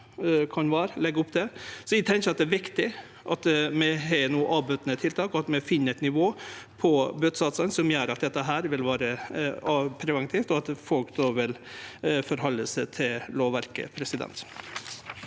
Eg tenkjer at det er viktig at vi har avbøtande tiltak, og at vi finn eit nivå på bøtesatsane som gjer at dette vil vere preventivt, så folk vel å halde seg til lovverket.